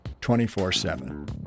24-7